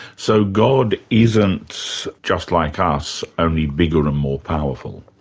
so god isn't just like us, only bigger and more powerful?